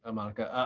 ah monica.